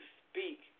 speak